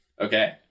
okay